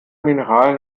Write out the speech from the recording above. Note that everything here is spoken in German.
mineral